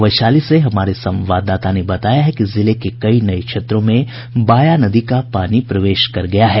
वैशाली से हमारे संवाददाता ने बताया है कि जिले के कई नये क्षेत्रों में बाया नदी का पानी प्रवेश कर गया है